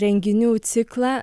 renginių ciklą